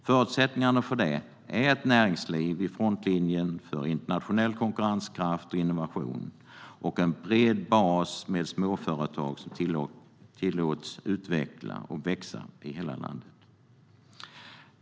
Förutsättningarna för det är ett näringsliv i frontlinjen för internationell konkurrenskraft och innovation samt en bred bas av småföretag som tillåts utvecklas och växa i hela landet.